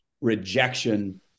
rejection